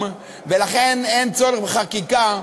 כאילו קיים ולכן אין צורך בחקיקה,